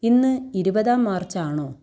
ഇന്ന് ഇരുപതാം മാർച്ച് ആണോ